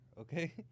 okay